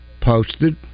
posted